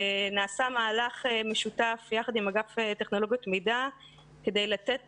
נעשה מהלך משותף יחד עם אגף טכנולוגיות מידע כדי לתת